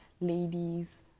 ladies